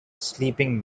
sleeping